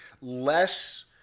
less